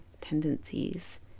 tendencies